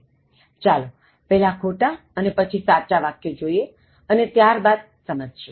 ચાલોપહેલા ખોટા અને પછી સાચા વાક્યો જોઇએ ત્યાર બાદ સમજશું